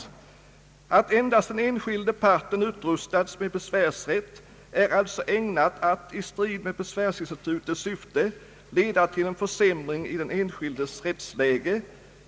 Att endast den enskilde parten utrustats med besvärsrätt är alltså ägnat att — i strid med besvärsinstitutets syfte — leda till en försämring i den enskildes rättsläge.